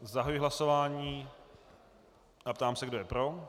Zahajuji hlasování a ptám se, kdo je pro.